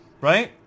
right